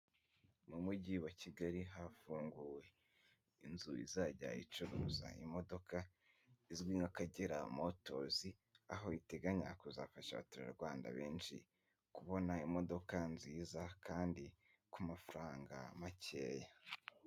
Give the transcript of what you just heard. Mu mujyi wa Kigali hafunguwe inzu izajya icuza imodoka izwi nk'Akagera motozi, aho iteganya kuzafasha abaturarwanda benshi kubona imodoka nziza kandi ku mafaranga makeya.